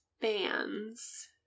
bands